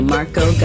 Marco